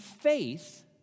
faith